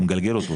הוא מגלגל אותו.